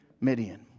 Midian